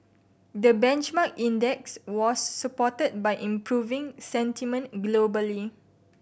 the benchmark index was supported by improving sentiment globally